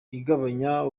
igabanya